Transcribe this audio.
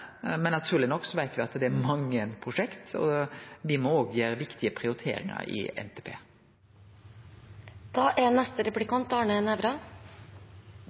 veit, naturleg nok, at det er mange prosjekt, og me må òg gjere viktige prioriteringar i NTP. Dette er